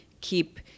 keep –